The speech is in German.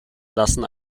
lassen